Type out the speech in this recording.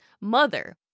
mother